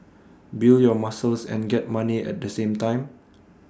build your muscles and get money at the same time